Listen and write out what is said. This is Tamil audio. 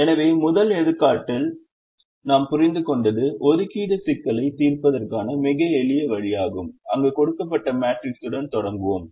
எனவே முதல் எடுத்துக்காட்டில் இருந்து நாம் புரிந்துகொண்டது ஒதுக்கீட்டு சிக்கலைத் தீர்ப்பதற்கான மிக எளிய வழியாகும் அங்கு கொடுக்கப்பட்ட மேட்ரிக்ஸுடன் தொடங்குவோம்